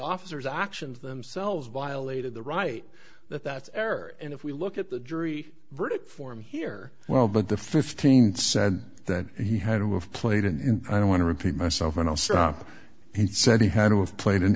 officer's actions themselves violated the right that that's error and if we look at the jury verdict form here well but the fifteen said that he had to have played in i don't want to repeat myself and i'll stop he said he had to have played an